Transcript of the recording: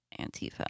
Antifa